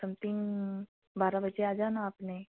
something बारह बजे आ जाना आपने